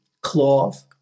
cloth